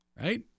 right